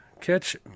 catch